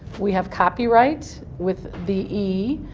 we have copyright with the e,